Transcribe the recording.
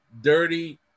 dirty